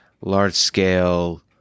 large-scale